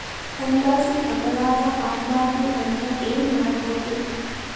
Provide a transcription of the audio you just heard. ಹಣ್ಕಾಸಿನ್ ಅಪರಾಧಾ ಆಗ್ಬಾರ್ದು ಅಂದ್ರ ಏನ್ ಮಾಡ್ಬಕು?